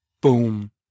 boom